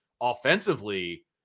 offensively